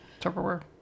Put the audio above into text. Tupperware